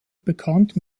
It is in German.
bekannt